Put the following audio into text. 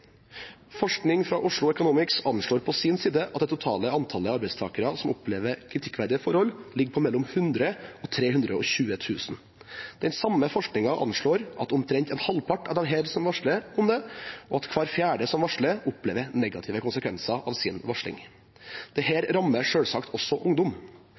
Forskning fra Oslo Economics anslår på sin side at det totale antallet arbeidstakere som opplever kritikkverdige forhold, ligger på mellom 100 000 og 320 000. Den samme forskningen anslår at omtrent halvparten av disse varsler om det, og at hver fjerde som varsler, opplever negative konsekvenser av sin varsling. Dette rammer selvsagt også ungdom.